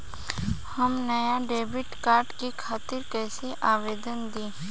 हम नया debit card के खातिर कइसे आवेदन दीं?